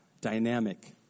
dynamic